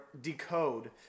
decode